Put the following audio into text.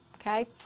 Okay